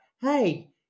hey